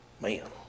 Man